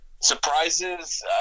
Surprises